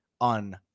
on